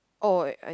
oh I